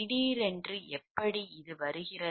திடீரென்று எப்படி இது வருகிறது